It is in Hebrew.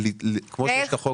איך?